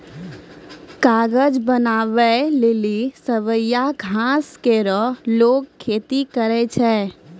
कागज बनावै लेलि सवैया घास केरो लोगें खेती करै छै